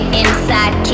inside